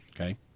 Okay